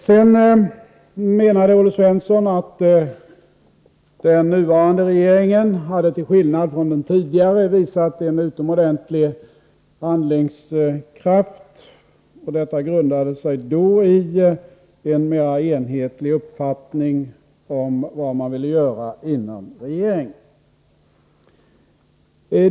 Sedan menade Olle Svensson att den nuvarande regeringen hade, till skillnad från den tidigare, visat en utomordentlig handlingskraft. Detta grundade sig då i en mera enhetlig uppfattning inom regeringen om vad man ville göra.